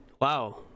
wow